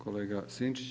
Kolega Sinčić.